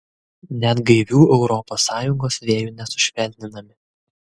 net gaivių europos sąjungos vėjų nesušvelninami